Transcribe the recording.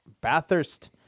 Bathurst